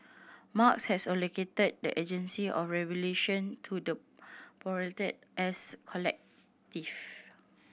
Marx has allocated the agency of revolution to the proletariat as collective